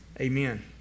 amen